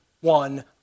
one